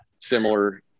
similar